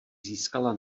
získala